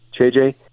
JJ